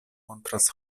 montras